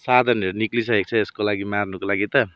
साधनहरू निस्किसकेको छ यसको लागि मार्नुको लागि त